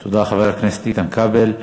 תודה, חבר הכנסת איתן כבל.